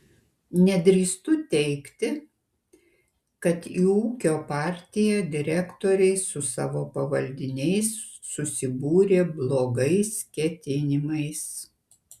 nedrįstu teigti kad į ūkio partiją direktoriai su savo pavaldiniais susibūrė blogais ketinimais